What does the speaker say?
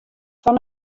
fan